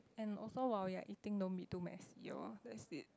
and also while you're eating don't be too messy lor that's it